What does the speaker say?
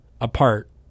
apart